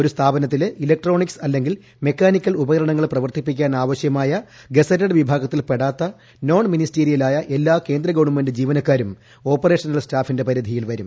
ഒരു സ്ഥാപനത്തിലെ ഇലക്ട്രോണിക്സ് അല്ലെങ്കിൽ മെക്കാനിക്കൽ ഉപകരണങ്ങൾ പ്രവർത്തിപ്പിക്കാൻ ആവശ്യമായ ഗസറ്റഡ് വിഭാഗത്തിൽപ്പെടാത്ത നോൺ മിനിസ്റ്റീരിയലായ എല്ലാ കേന്ദ്ര ഗവൺമെന്റ് ജീവനക്കാരും ഓപ്പറേഷണൽ സ്റ്റാഫിന്റെ പരിധിയിൽ വരും